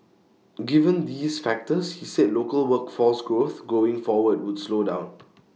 given these factors he said local workforce growth going forward would slow down